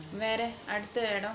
வேற அடுத்த இடம்:vera adutha idam